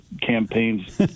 campaigns